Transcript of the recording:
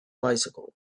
bicycles